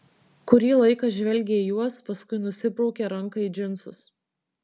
kurį laiką žvelgė į juos paskui nusibraukė ranką į džinsus